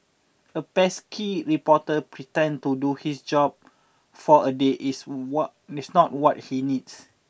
a pesky reporter pretend to do his job for a day is what miss not what he needs